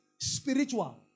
spiritual